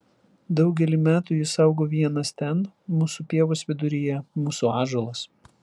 daugelį metų jis augo vienas ten mūsų pievos viduryje mūsų ąžuolas